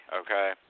okay